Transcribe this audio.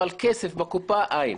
אבל כסף בקופה אין.